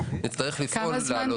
נצטרך לפעול להעלות.